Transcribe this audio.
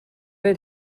had